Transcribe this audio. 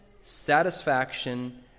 satisfaction